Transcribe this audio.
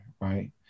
right